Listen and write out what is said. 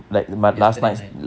yesterday night